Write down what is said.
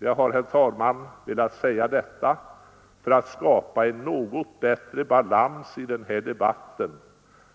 Jag har, herr talman, velat säga detta för att skapa en något bättre balans i den här debatten,